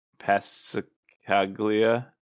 Pascaglia